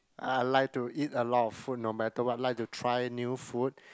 I like to eat a lot of food no matter what like to try new food